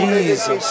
Jesus